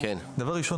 זה ברור,